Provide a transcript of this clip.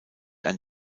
ein